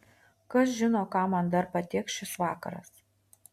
kas žino ką man dar patėkš šis vakaras